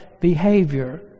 behavior